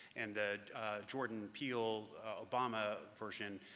and the jordan peele obama version,